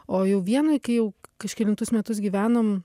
o jau vienoj kai jau kažkelintus metus gyvenom